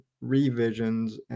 revisions